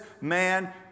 man